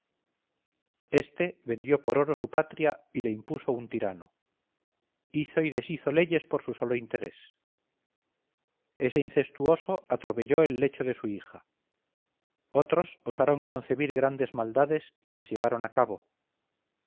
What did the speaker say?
este vendió por oro su patria y le impuso un tirano hizo y deshizo leyes por su solo interés ese incestuoso atropelló el lecho de su hija todos osaron concebir grandes maldades y las llevaron a cabo